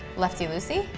lefty loosey?